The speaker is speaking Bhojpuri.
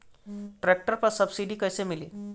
ट्रैक्टर पर सब्सिडी कैसे मिली?